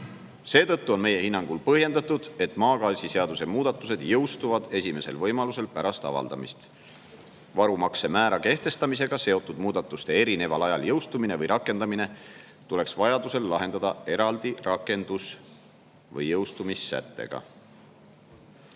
Seetõttu on meie hinnangul põhjendatud, et MGS-i muudatused jõustuvad esimesel võimalusel pärast avaldamist. Varumakse määra kehtestamisega seotud muudatuste erineval ajal jõustumine või rakendamine tuleks vajadusel lahendada eraldi rakendus- või jõustumissätetega."Eesti